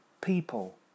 people